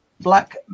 black